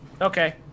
Okay